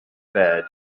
bed